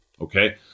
okay